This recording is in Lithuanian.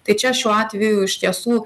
tai čia šiuo atveju iš tiesų